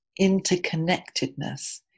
interconnectedness